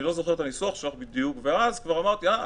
לא זוכר את הניסוח שלך בדיוק ואז כבר אמרתי: אה,